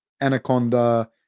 anaconda